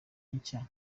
nshya